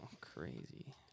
crazy